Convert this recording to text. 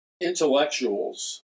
intellectuals